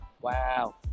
Wow